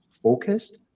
focused